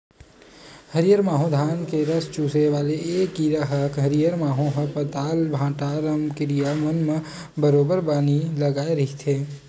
हरियर माहो धान के रस चूसे वाले ऐ कीरा ह हरियर माहो ह पताल, भांटा, रमकरिया मन म बरोबर बानी लगाय रहिथे